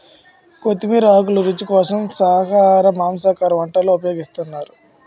కొత్తిమీర ఆకులు రుచి కోసం శాఖాహార మాంసాహార వంటల్లో ఉపయోగిస్తున్నారు